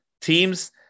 Teams